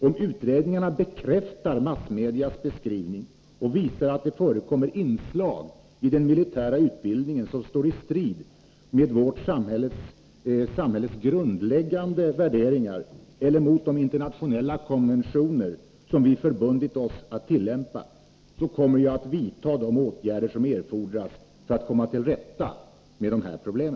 Om utredningarna bekräftar massmedias beskrivning och visar att det förekommer inslag i den militära utbildningen som står i strid med vårt samhälles grundläggande värderingar eller mot de internationella konventioner som vi förbundit oss att tillämpa, kommer jag att vidta de åtgärder som erfordras för att komma till rätta med dessa problem.